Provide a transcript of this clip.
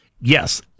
Yes